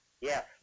Yes